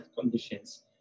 conditions